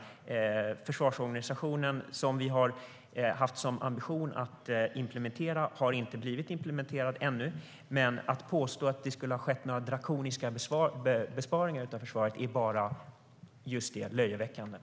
Den försvarsorganisation vi har haft som ambition att implementera har inte blivit implementerad ännu, men att påstå att det skulle ha skett några drakoniska besparingar på försvaret är bara just detta: löjeväckande.